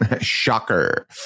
Shocker